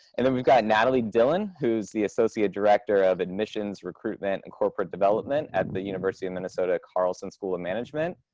and then we've got natalie dillon, who's the associate director of admissions recruitment and corporate development at the university of and minnesota carlson school of management.